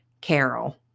Carol